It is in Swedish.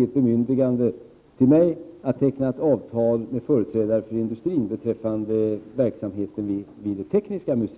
Jag mötte frågan första gången jag kom till regeringen 1982, och redan då var den gammal.